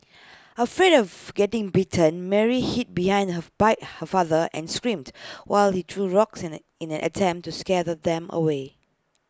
afraid of getting bitten Mary hid behind her father and screamed while he threw rocks in A in an attempt to scare them away